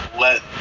let